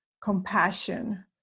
compassion